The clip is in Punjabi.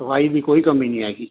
ਸਫ਼ਾਈ ਦੀ ਕੋਈ ਕਮੀ ਨਹੀਂ ਹੈਗੀ